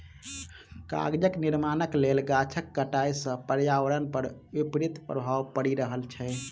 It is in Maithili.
कागजक निर्माणक लेल गाछक कटाइ सॅ पर्यावरण पर विपरीत प्रभाव पड़ि रहल छै